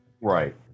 Right